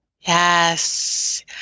Yes